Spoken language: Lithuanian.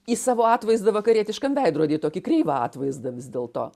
į savo atvaizdą vakarietiškam veidrody tokį kreivą atvaizdą vis dėlto